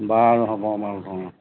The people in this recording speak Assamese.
বাৰু হ'ব বাৰু